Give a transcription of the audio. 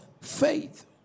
Faith